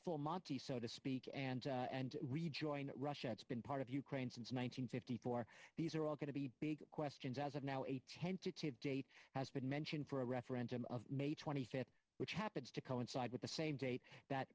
full monty so to speak and and rejoin russia it's been part of ukraine since one nine hundred fifty four these are all going to be big questions as of now a tentative date has been mentioned for a referendum of may twenty fifth which happens to coincide with the same date that